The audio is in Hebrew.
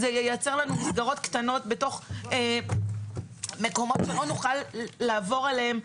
זה ייצר לנו מסגרות קטנות בתוך מקומות שלא נוכל לעבור עליהם.